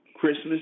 Christmas